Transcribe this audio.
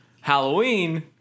Halloween